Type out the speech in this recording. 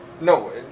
no